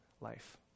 life